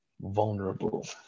vulnerable